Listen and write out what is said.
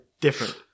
different